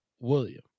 William